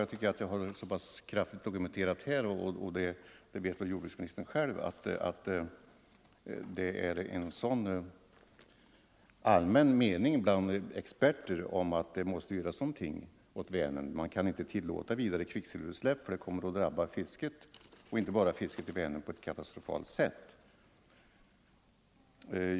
Jag tycker att jag så kraftigt har dokumenterat — och det vet jordbruksministern också — att det är en allmän mening bland experter att någonting måste göras åt Vänern. Vidare kvicksilverutsläpp kan inte tillåtas, eftersom det skulle komma att drabba fisket där — och inte bara fisket — på ett katastrofalt sätt.